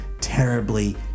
terribly